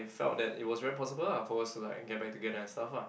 felt that it was very possible lah for us to like get back together and stuff ah